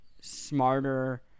smarter